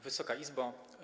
Wysoka Izbo!